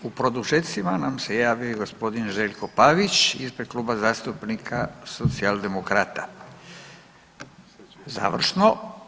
I u produžecima nam se javio g. Željko Pavić ispred Kluba zastupnika Socijaldemokrata, završno.